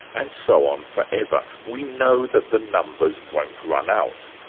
and so on, forever. we know that the numbers won't run out.